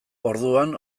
orduan